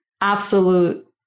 absolute